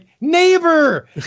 neighbor